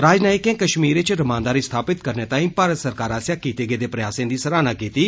राजनियकें कश्मीर च रमानदारी स्थापित करने तांई भारत सरकार आसेया कितें गेदें प्रयासें दी सराहना किती